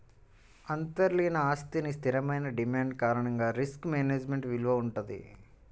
అంతర్లీన ఆస్తికి స్థిరమైన డిమాండ్ కారణంగా రిస్క్ మేనేజ్మెంట్ విలువ వుంటది